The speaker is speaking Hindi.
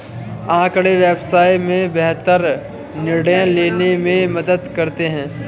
आँकड़े व्यवसाय में बेहतर निर्णय लेने में मदद करते हैं